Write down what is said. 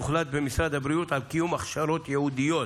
הוחלט במשרד הבריאות על קיום הכשרות ייעודיות